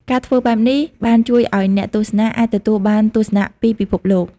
ការធ្វើបែបនេះបានជួយឱ្យអ្នកទស្សនាអាចទទួលបានទស្សនៈពីពិភពលោក។